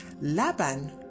Laban